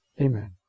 Amen